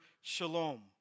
shalom